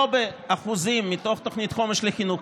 לא באחוזים מתוך תוכנית חומש לחינוך,